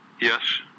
Yes